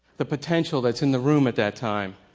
the potential that's in the room at that time.